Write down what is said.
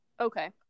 Okay